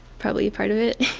probably part of it.